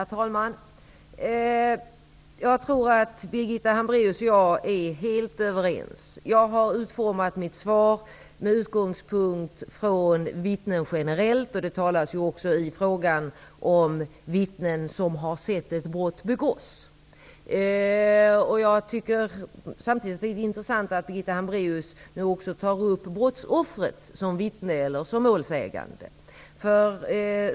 Herr talman! Jag tror att Birgitta Hambraeus och jag är helt överens. Jag har utformat mitt svar med utgångspunkt i vittnen generellt. Och det talas i frågan också om vittnen som har sett ett brott begås. Jag tycker samtidigt att det är intressant att Birgitta Hambraeus nu också tar upp brottsoffret som vittne eller som målsägande.